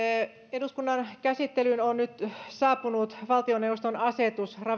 eduskunnan käsittelyyn on nyt saapunut valtioneuvoston asetus